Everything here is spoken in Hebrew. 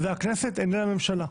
הכנסת איננה הממשלה.